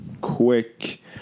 quick